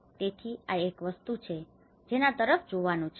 તેથી આ એક વસ્તુ છે જેના તરફ જોવાનું છે